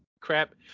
crap